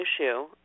issue